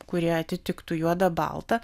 kurie atitiktų juoda balta